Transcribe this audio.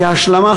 כהשלמה,